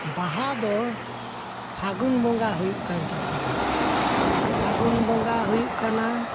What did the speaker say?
ᱵᱟᱦᱟ ᱫᱚ ᱯᱷᱟᱹᱜᱩᱱ ᱵᱚᱸᱜᱟ ᱦᱩᱭᱩᱜ ᱠᱟᱱ ᱛᱟᱵᱚᱱᱟ ᱯᱷᱟᱹᱜᱩᱱ ᱵᱚᱸᱜᱟ ᱦᱩᱭᱩᱜ ᱠᱟᱱᱟ